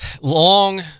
Long